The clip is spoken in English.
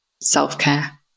self-care